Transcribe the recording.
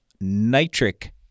nitric